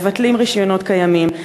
מבטלים רישיונות קיימים,